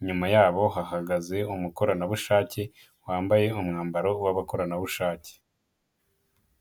inyuma yabo hahagaze umukoranabushake, wambaye umwambaro w'abakoranabushake.